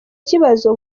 kibazo